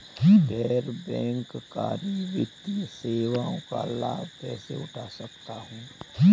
गैर बैंककारी वित्तीय सेवाओं का लाभ कैसे उठा सकता हूँ?